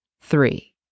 Three